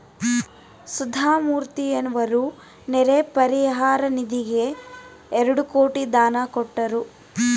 ಸುಧಾಮೂರ್ತಿಯವರು ನೆರೆ ಪರಿಹಾರ ನಿಧಿಗೆ ಎರಡು ಕೋಟಿ ದಾನ ಕೊಟ್ಟರು